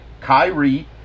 Kyrie